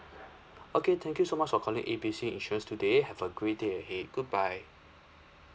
okay thank you so much for calling A B C insurance today have a great day ahead goodbye